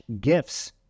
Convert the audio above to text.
gifts